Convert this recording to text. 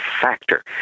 factor